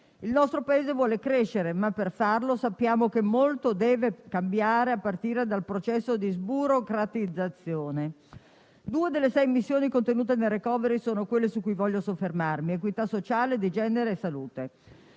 Il nostro Paese vuole crescere ma, per farlo, sappiamo che molto deve cambiare, a partire dal processo di sburocratizzazione. Due delle sei missioni contenute nel *recovery plan* sono quelle su cui voglio soffermarmi: equità sociale e di genere e salute.